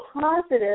positive